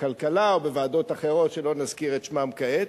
הכלכלה ובוועדות אחרות שלא נזכיר את שמן כעת.